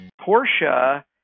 Portia